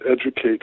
educate